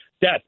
death